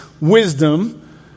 wisdom